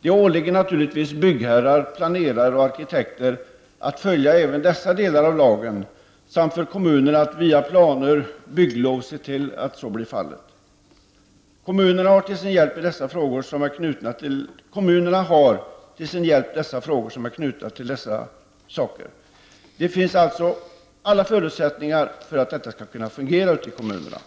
Det åligger naturligtvis byggherrar, planerare och arkitekter att följa lagen, även i dessa delar. Dessutom åligger det kommunerna att via planer och bygglov se till att så blir fallet. Kommunerna har till sin hjälp i dessa frågor annat som är knutet till dem. Det finns alltså alla förutsättningar för att detta skall fungera i kommunerna.